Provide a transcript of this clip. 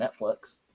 Netflix